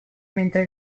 mentre